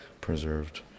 preserved